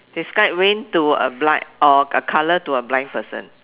describe rain to a blind or a colour to a blind person